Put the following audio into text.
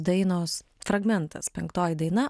dainos fragmentas penktoji daina